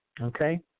Okay